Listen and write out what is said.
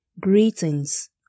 greetings